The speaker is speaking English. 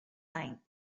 time